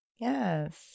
Yes